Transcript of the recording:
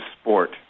sport